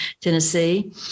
Tennessee